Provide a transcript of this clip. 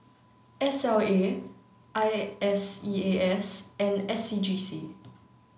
S L A I S E A S and S C G C